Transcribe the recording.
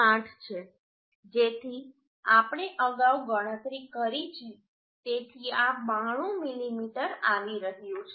8 છે જેની આપણે અગાઉ ગણતરી કરી છે તેથી આ 92 મીમી આવી રહ્યું છે